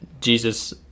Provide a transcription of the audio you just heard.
Jesus